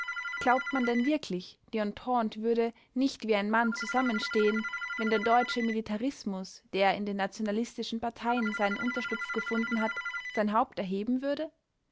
glaubt man denn wirklich die entente würde nicht wie ein mann zusammenstehen wenn der deutsche militarismus der in den nationalistischen parteien seinen unterschlupf gefunden hat sein haupt erheben würde